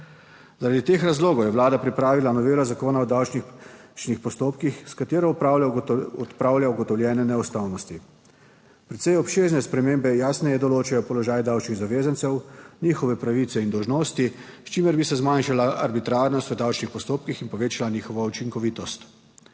Zaradi teh razlogov je vlada pripravila novelo Zakona o davčnih postopkih, s katero odpravlja ugotovljene neustavnosti. Precej obsežne spremembe jasneje določajo položaj davčnih zavezancev, njihove pravice in dolžnosti, s čimer bi se zmanjšala arbitrarnost v davčnih postopkih in povečala njihovo učinkovitost.